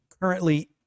currently